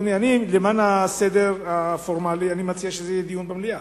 למען הסדר הפורמלי, אני מציע שיהיה דיון במליאה.